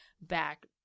back